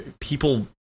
people